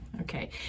Okay